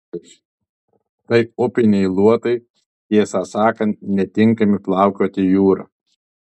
tai upiniai luotai tiesą sakant netinkami plaukioti jūra